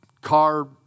car